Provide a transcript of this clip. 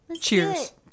cheers